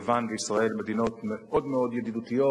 יוון וישראל הן מדינות מאוד מאוד ידידות,